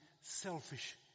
selfish